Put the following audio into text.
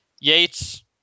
Yates